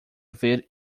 ver